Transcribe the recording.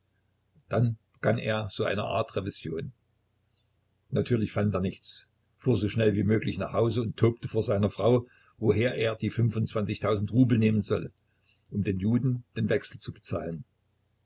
dann begann er so eine art revision natürlich fand er nichts fuhr so schnell wie möglich nach haus und tobte vor seiner frau woher er die fünfundzwanzigtausend rubel nehmen solle um den juden den wechsel zu bezahlen